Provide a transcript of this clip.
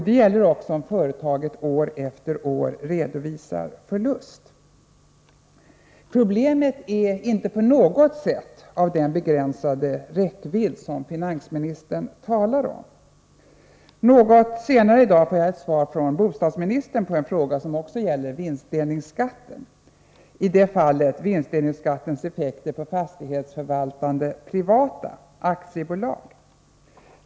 Det gäller också om företaget år efter år redovisar förlust. Problemet är inte på något sätt av den begränsade räckvidd som finansministern talar om. Något senare i dag får jag svar från bostadsministern på en fråga som också gäller vinstdelningsskatten. I det fallet handlar det om vinstdelningsskattens effekter på fastighetsförvaltande privata aktiebolag.